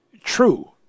true